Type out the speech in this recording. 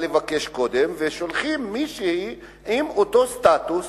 לבקש קודם ושולחים מישהי באותו סטטוס